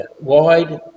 wide